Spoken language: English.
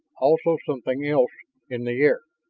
also something else in the air.